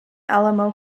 alamo